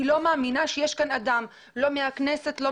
אני לא מאמינה שיש כאן אדם לא מהכנסת ולא